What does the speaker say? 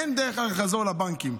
אין דרך חזור לבנקים.